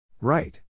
Right